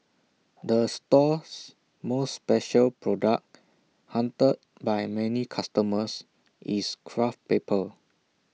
the store's most special product hunted by many customers is craft paper